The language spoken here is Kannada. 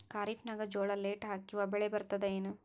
ಖರೀಫ್ ನಾಗ ಜೋಳ ಲೇಟ್ ಹಾಕಿವ ಬೆಳೆ ಬರತದ ಏನು?